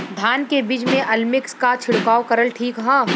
धान के बिज में अलमिक्स क छिड़काव करल ठीक ह?